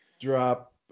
drop